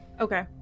Okay